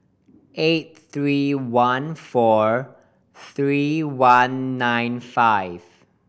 eight three one four three one nine five